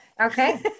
Okay